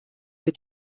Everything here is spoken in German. für